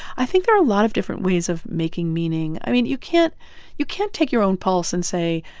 i think there are a lot of different ways of making meaning i mean, you can't you can't take your own pulse and say,